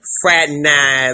fraternize